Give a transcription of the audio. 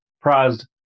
prized